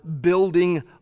building